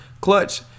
Clutch